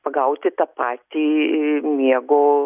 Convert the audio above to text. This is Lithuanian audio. pagauti tą patį miego